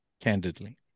Candidly